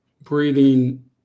breathing